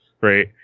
right